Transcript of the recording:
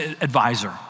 advisor